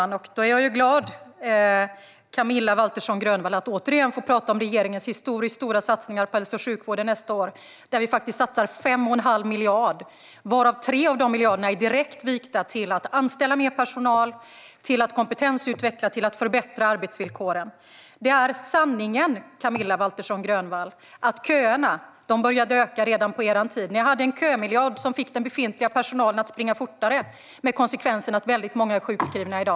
Herr talman! Jag är glad, Camilla Waltersson Grönvall, att återigen få prata om regeringens historiskt stora satsningar på hälso och sjukvården för nästa år. Vi satsar 5 1⁄2 miljard, varav 3 miljarder är direkt vikta till att anställa mer personal, kompetensutveckla och förbättra arbetsvillkoren. Sanningen, Camilla Waltersson Grönvall, är att köerna började öka redan på er tid. Ni hade en kömiljard som fick den befintliga personalen att springa fortare, med konsekvensen att väldigt många är sjukskrivna i dag.